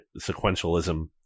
sequentialism